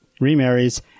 remarries